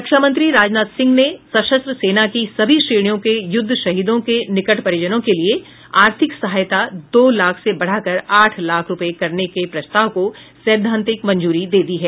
रक्षामंत्री राजनाथ सिंह ने सशस्त्र सेना की सभी श्रेणियों के युद्ध शहीदों के निकट परिजनों के लिए आर्थिक सहायता दो लाख से बढ़ाकर आठ लाख रुपये करने के प्रस्ताव को सैद्धांतिक मंजूरी दे दी है